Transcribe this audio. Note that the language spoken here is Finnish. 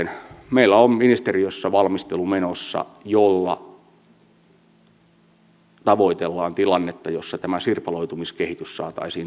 meillä on ministeriössä menossa valmistelu jolla tavoitellaan tilannetta jossa tämä sirpaloitumiskehitys saataisiin torpattua